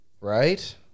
Right